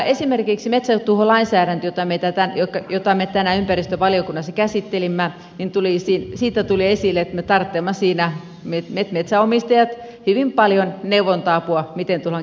esimerkiksi metsätuholainsäädännöstä jota me tänään ympäristövaliokunnassa käsittelimme tuli esille että me metsänomistajat tarvitsemme hyvin paljon neuvonta apua siinä miten tullaan käyttäytymään